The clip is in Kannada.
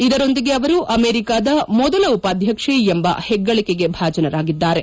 ಇದರೊಂದಿಗೆ ಅವರು ಅಮೆರಿಕದ ಮೊದಲ ಉಪಾಧ್ಯಕ್ಷೆ ಎಂಬ ಹೆಗ್ಗಳಿಕೆಗೆ ಭಾಜನರಾಗಿದ್ದಾರೆ